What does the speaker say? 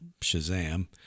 Shazam